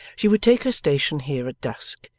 she would take her station here, at dusk,